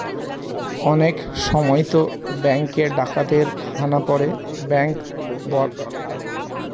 অনেক সময়তো ব্যাঙ্কে ডাকাতের হানা পড়ে ব্যাঙ্ক রবারির খবর শোনা যায়